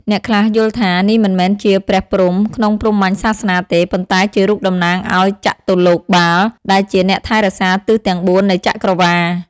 អ្នកខ្លះយល់ថា នេះមិនមែនជាព្រះព្រហ្មក្នុងព្រហ្មញ្ញសាសនាទេ ប៉ុន្តែជារូបតំណាងឱ្យ ចតុលោកបាល ដែលជាអ្នកថែរក្សាទិសទាំងបួននៃចក្រវាឡ។